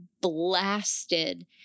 blasted